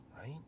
right